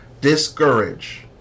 discourage